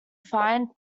fined